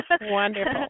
wonderful